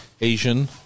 Asian